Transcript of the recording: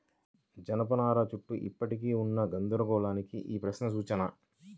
జనపనార చుట్టూ ఇప్పటికీ ఉన్న గందరగోళానికి ఈ ప్రశ్న సూచన